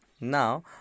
Now